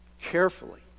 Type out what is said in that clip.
carefully